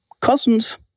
cousins